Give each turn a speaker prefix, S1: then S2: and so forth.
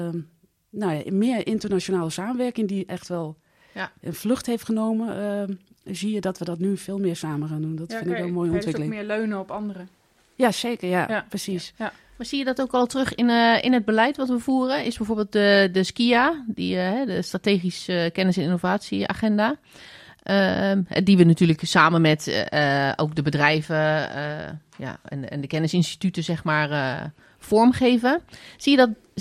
S1: Ehm, nou ja, meer internationale samenwerking die echt wel
S2: Ja.
S1: een vlucht heeft genomen, ehm, zie je dat we dat nu veel meer samen gaan doen. Dat
S2: Ja,
S1: vind ik
S2: oké.
S1: wel een mooie
S2: Ja, dus ook
S1: ontwikkeling.
S2: meer leunen op anderen.
S1: Ja, zeker, ja,
S2: Ja.
S1: precies.
S3: Ja. Maar zie je dat ook al terug in, eh, in het beleid wat we voeren? Is bijvoorbeeld de- de SKIA die, eh, hè, de Strategische, eh, Kennis- en Innovatieagenda, ehm, die we natuurlijk samen met, eh, eh, ook de bedrijven, eh, ja, en- en de kennisinstituten, zeg maar, eh, vormgeven. Zie je dat